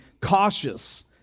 cautious